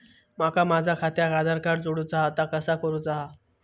माका माझा खात्याक आधार कार्ड जोडूचा हा ता कसा करुचा हा?